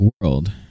World